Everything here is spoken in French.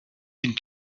une